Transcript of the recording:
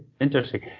Interesting